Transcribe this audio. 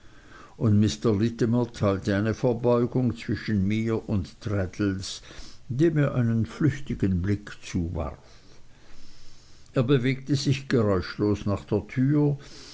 und mr littimer teilte eine verbeugung zwischen mir und traddles dem er einen flüchtigen blick zuwarf er bewegte sich geräuschlos nach der tür